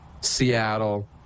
Seattle